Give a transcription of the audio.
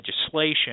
legislation